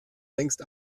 längst